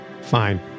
Fine